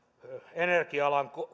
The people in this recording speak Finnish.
energia alan